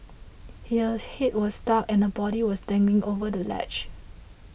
her a head was stuck and her body was dangling over the ledge